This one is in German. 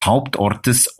hauptortes